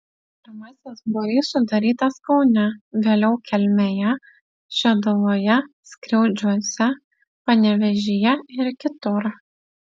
pirmasis būrys sudarytas kaune vėliau kelmėje šeduvoje skriaudžiuose panevėžyje ir kitur